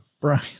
Brian